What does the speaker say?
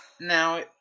Now